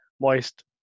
moist